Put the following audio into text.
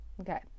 okay